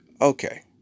Okay